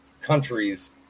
countries